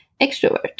extrovert